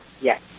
yes